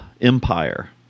Empire